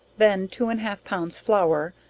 then two and half pounds flour,